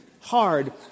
hard